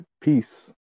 peace